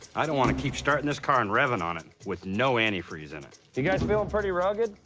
i don't want to keep starting this car and revving on it with no antifreeze in it. you guys feeling pretty rugged?